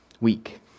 week